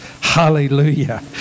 Hallelujah